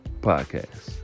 podcast